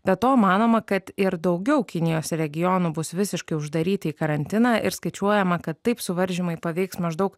be to manoma kad ir daugiau kinijos regionų bus visiškai uždaryti į karantiną ir skaičiuojama kad taip suvaržymai paveiks maždaug